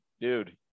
dude